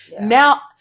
now